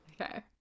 Okay